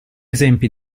esempi